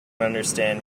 understand